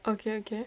okay okay